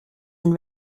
and